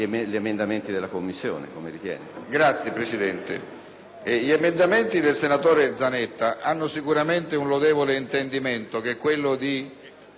presentati dal senatore Zanetta hanno sicuramente un lodevole intendimento, quello di ridurre quanto più possibile alcuni tempi autorizzativi